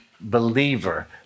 believer